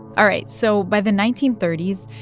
all right. so by the nineteen thirty s,